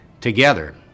together